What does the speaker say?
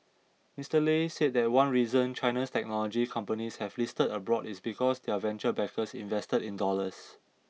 Mister Lei said that one reason China's technology companies have listed abroad is because their venture backers invested in dollars